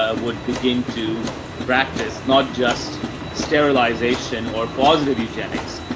ah would begin to practice not just sterilization or positive eugenics,